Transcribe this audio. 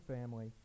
family